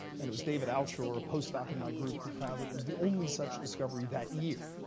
and it was david altshuler, a postdoc in my group, who found it. it was the only such discovery that year.